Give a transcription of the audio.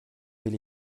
will